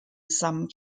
some